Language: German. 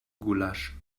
gulasch